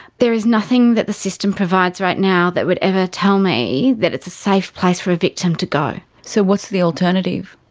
there is nothing that the system provides right now that would ever tell me that it's safe place for a victim to go. so what's the alternative?